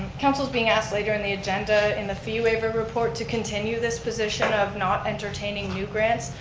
council's being asked later in the agenda, in the fee waiver report, to continue this position of not entertaining new grants.